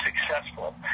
successful